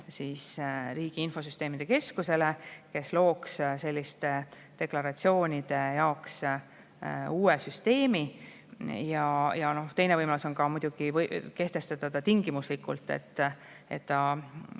üle riigi infosüsteemide keskusele, kes looks selliste deklaratsioonide jaoks uue süsteemi. Teine võimalus on muidugi kehtestada see [muudatus] tingimuslikult, et